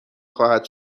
خواهد